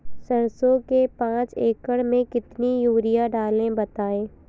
सरसो के पाँच एकड़ में कितनी यूरिया डालें बताएं?